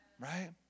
Right